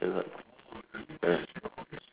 uh